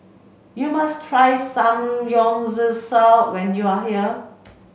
you must try Samgeyopsal when you are here